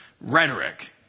rhetoric